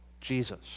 Jesus